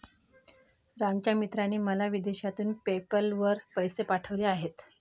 रामच्या मित्राने मला विदेशातून पेपैल वर पैसे पाठवले आहेत